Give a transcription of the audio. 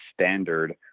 standard